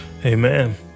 Amen